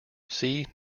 see